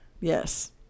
Yes